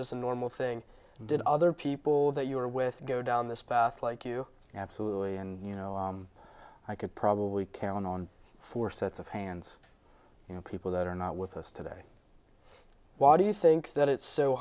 just a normal thing did other people that you were with go down this path like you absolutely and you know i could probably count on four sets of hands you know people that are not with us today why do you think that it's so